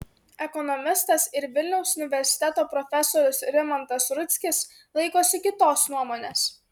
ekonomistas ir vilniaus universiteto profesorius rimantas rudzkis laikosi kitos nuomonės